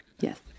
Yes